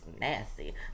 nasty